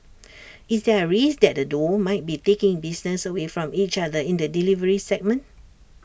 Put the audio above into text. is there A risk that the duo might be taking business away from each other in the delivery segment